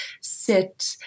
sit